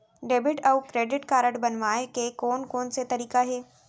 Debit अऊ credit card बनवाए के कोन कोन से तरीका हे?